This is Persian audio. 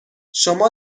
شما